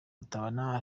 rutabana